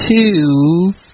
two